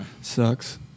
Sucks